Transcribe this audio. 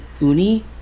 uni